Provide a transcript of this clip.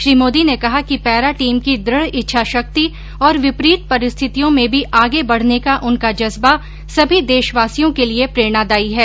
श्री मोदी ने कहा कि पैरा टीम की दृढ इच्छा शक्ति और विपरीत परिस्थितियों में भी आगे बढ़ने का उनका जज्बा सभी देशवासियों के लिए प्रेरणादायी है